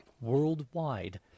worldwide